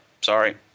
Sorry